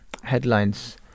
headlines